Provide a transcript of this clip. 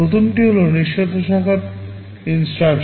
প্রথমটি হল নিঃশর্ত শাখার নির্দেশ